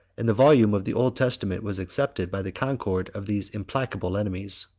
and the volume of the old testament was accepted by the concord of these implacable enemies.